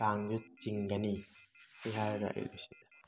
ꯀꯥꯡꯗꯨ ꯆꯤꯡꯒꯅꯤ ꯁꯤ ꯍꯥꯏꯔꯒ ꯑꯩ ꯂꯣꯏꯁꯤꯟꯖꯔꯒꯦ